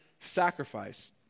sacrifice